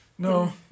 No